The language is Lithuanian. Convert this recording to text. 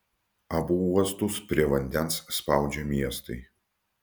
abu uostus prie vandens spaudžia miestai